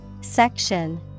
Section